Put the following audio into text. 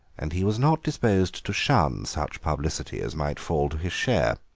and he was not disposed to shun such publicity as might fall to his share.